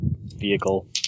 vehicle